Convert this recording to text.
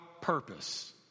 purpose